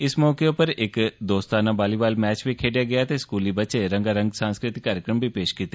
इस दौरान इक दोस्ताना वालीबॉल मैच बी खेडेआ गेआ ते स्कूली बच्चें रंगा रंग सांस्कृतिक कार्जक्रम बी पेश कीते